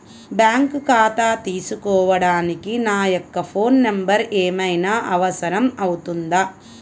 Bank ఖాతా తీసుకోవడానికి నా యొక్క ఫోన్ నెంబర్ ఏమైనా అవసరం అవుతుందా?